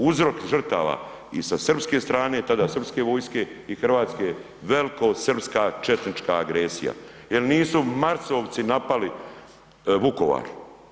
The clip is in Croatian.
Uzrok žrtava i sa srpske strane, tada srpske vojske i Hrvatske velikosrpska četnička agresija jer nisu marsovci napali Vukovar.